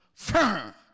firm